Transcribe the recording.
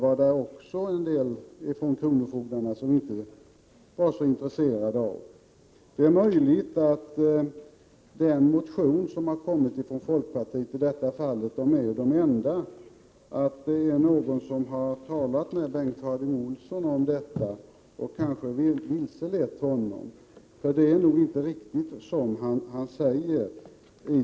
Beträffande den enda motion som har väckts i detta sammanhang — jag avser då folkpartiets motion — vill jag säga att det är möjligt att Bengt Harding Olson blivit vilseledd. Det som han säger är nämligen inte helt riktigt när det gäller ledningsfunktionen.